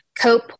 cope